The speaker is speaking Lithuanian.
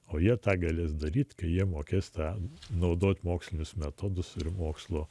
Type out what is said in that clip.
o jie tą galės daryti kai jie mokės tam naudoti mokslinius metodus ir mokslo